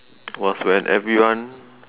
was when everyone